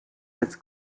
its